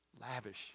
lavish